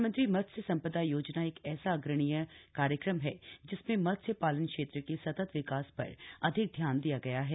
प्रधानमंत्री मत्स्य सं दा योजना एक ऐसा अग्रणीय कार्यक्रम है जिसमें मत्स्य शालन क्षेत्र के सतत विकास र अधिक ध्यान दिया गया है